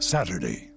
Saturday